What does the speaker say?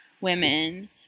women